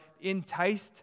enticed